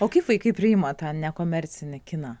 o kaip vaikai priima tą nekomercinį kiną